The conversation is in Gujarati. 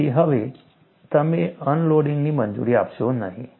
તેથી હવે તમે અનલોડિંગની મંજૂરી આપશો નહીં